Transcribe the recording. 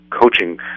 coaching